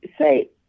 say